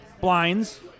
blinds